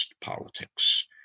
politics